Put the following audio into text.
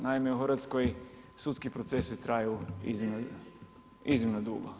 Naime u Hrvatskoj sudski procesi traju iznimno dugo.